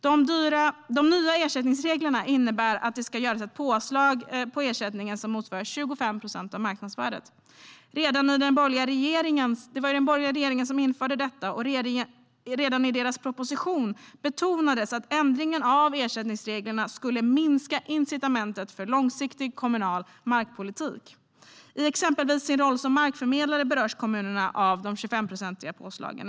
De nya ersättningsreglerna innebär att det ska göras ett påslag på ersättningen som motsvarar 25 procent av marknadsvärdet. Redan i den borgerliga regeringens proposition - det var den borgerliga regeringen som införde detta - betonades det att ändringen av ersättningsreglerna skulle minska incitamentet för långsiktig kommunal markpolitik. I exempelvis rollen som markförmedlare berörs kommunerna av det 25-procentiga påslaget.